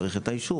צריך את האישור.